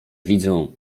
widzą